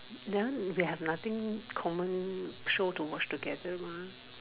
then they have nothing common show to watch together mah